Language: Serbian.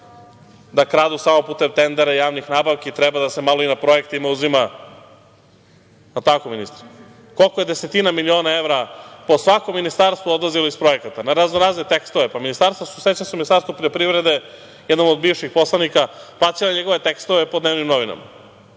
da kradu samo putem tendera, javnih nabavki, treba malo i na projektima da se uzima, jel tako ministre? Koliko je desetina miliona evra po svakom ministarstvu odlazilo iz projekata, na raznorazne tekstove? Sećam se da su Ministarstvu poljoprivrede jednom od bivših poslanika plaćali njegove tekstove po dnevnim novinama.